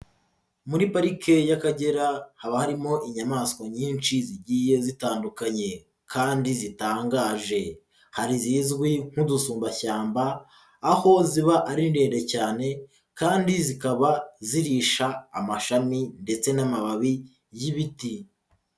Muri parike y'Akagera haba harimo inyamaswa nyinshi zigiye zitandukanye kandi zitangaje, hari izizwi nk'udusumbashyamba aho ziba ari ndende cyane kandi zikaba zihisha amashami ndetse n'amababi y'ibiti.